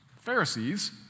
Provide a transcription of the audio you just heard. Pharisees